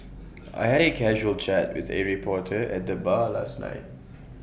I had A casual chat with A reporter at the bar last night